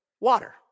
water